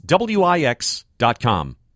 wix.com